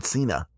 Cena